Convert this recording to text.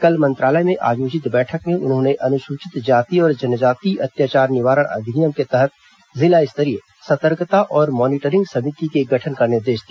कल मंत्रालय में आयोजित बैठक में उन्होंने अनुसूचित जाति और जनजाति अत्याचार निवारण अधिनियम के तहत जिला स्तरीय सतर्कता और मॉनिटरिंग समिति के गठन का निर्देश दिया